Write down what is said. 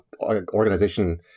organization